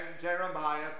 Jeremiah